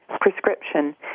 prescription